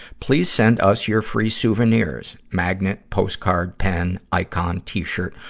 please send us your free souvenirs magnet, postcard, pen, icon, t-shirt,